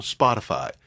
Spotify